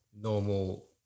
normal